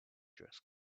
dress